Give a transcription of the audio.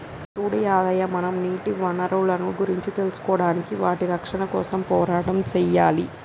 సూడు యాదయ్య మనం నీటి వనరులను గురించి తెలుసుకోడానికి వాటి రక్షణ కోసం పోరాటం సెయ్యాలి